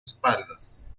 espaldas